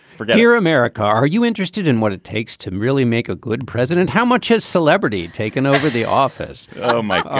for prettier america, are you interested in what it takes to really make a good president? how much has celebrity taken over the office? oh, my um